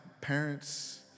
parents